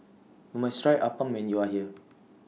YOU must Try Appam when YOU Are here